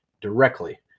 directly